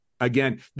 Again